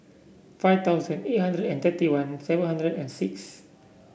five thousand eight hundred and thirty one seven hundred and six